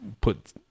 put